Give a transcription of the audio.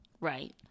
right